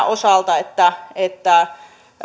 osalta sillä että